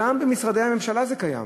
גם במשרדי הממשלה זה קיים,